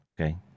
okay